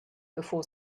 before